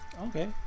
okay